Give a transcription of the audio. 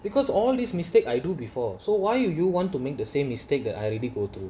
because all this mistake I do before so why would you want to make the same mistake that I already go through